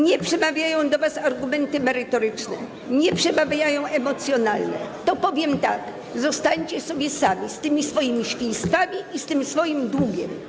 Nie przemawiają do was argumenty merytoryczne, nie przemawiają emocjonalne, to powiem tak: Zostańcie sobie sami z tymi swoimi świństwami i z tym swoim długiem.